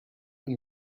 and